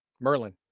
Merlin